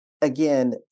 again